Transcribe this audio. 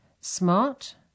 smart